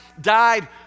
died